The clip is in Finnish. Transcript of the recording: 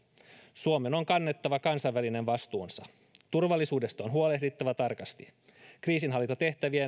suomen on kannettava kansainvälinen vastuunsa turvallisuudesta on huolehdittava tarkasti kriisinhallintatehtäviin